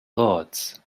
lords